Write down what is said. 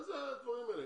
מה זה הדברים האלה?